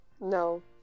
No